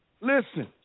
Listen